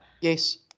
Yes